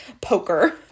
poker